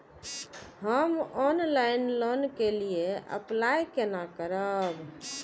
हम online loan के लिए अप्लाई केना करब?